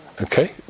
Okay